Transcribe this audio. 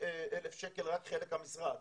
אלה משימות שנעבוד עליהם